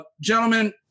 Gentlemen